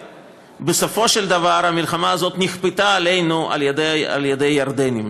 בסופו של דבר המלחמה הזאת נכפתה עלינו על ידי ירדנים.